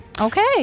Okay